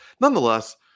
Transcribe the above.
nonetheless